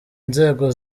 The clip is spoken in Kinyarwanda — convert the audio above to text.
inzego